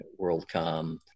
WorldCom